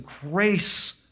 grace